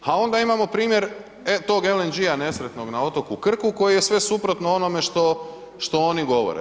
A onda imamo primjer tog LNG nesretnog na otoku Krku koji je sve suprotno onome što oni govore.